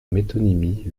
métonymie